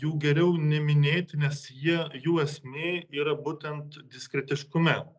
jų geriau neminėti nes jie jų esmė yra būtent diskretiškume